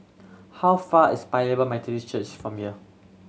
how far is Paya Lebar Methodist Church from here